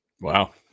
Wow